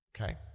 Okay